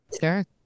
Sure